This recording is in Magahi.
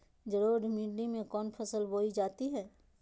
जलोढ़ मिट्टी में कौन फसल बोई जाती हैं?